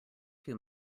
too